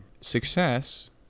success